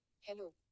hello